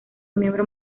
miembro